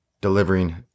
delivering